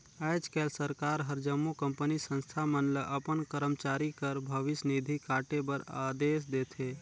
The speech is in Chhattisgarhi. आएज काएल सरकार हर जम्मो कंपनी, संस्था मन ल अपन करमचारी कर भविस निधि काटे कर अदेस देथे